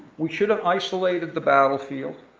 we should have isolated the battlefield,